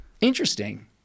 Interesting